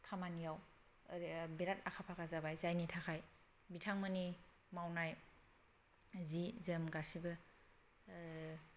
खामानियाव ओरै बिराद आखा फाखा जाबाय जायनि थाखाय बिथांमोननि मावनाय जि जोम गासैबो